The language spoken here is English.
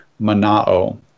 mana'o